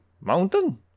Mountain